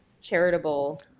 charitable